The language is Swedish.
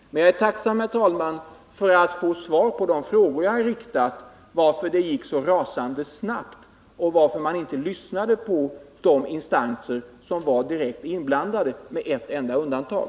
Jag är tacksam, herr talman, för att få svar på de frågor jag har ställt. Varför gick det så rasande snabbt? Varför lyssnade man inte på de instanser som var direkt inblandade, med ett enda undantag?